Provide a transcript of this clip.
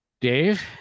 dave